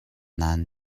nan